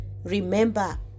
Remember